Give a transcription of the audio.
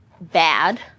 bad